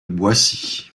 boissy